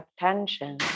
attention